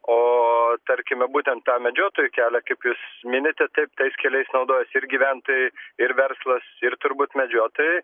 o tarkime būtent tą medžiotojų kelią kaip jūs minite taip tais keliais naudojasi ir gyventojai ir verslas ir turbūt medžiotojai